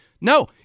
No